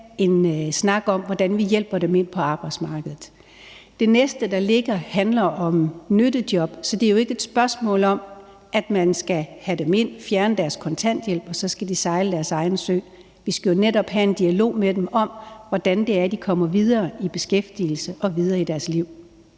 en snak om, hvordan vi hjælper dem ud på arbejdsmarkedet. Det næste, der ligger, handler om nyttejob, så det er jo ikke et spørgsmål om, at man skal have dem ind og fjerne deres kontanthjælp, og så kan de sejle deres egen sø. Vi skal jo netop have en dialog med dem om, hvordan de kommer videre i beskæftigelse og videre i deres liv.